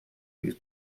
these